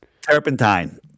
Turpentine